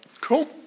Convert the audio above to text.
Cool